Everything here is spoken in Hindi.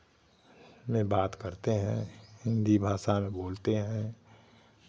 में बात करते हैं हिन्दी भाषा में बोलते हैं